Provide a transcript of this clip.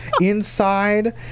inside